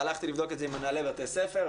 והלכתי לבדוק את זה עם מנהלי בתי הספר,